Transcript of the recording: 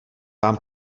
vám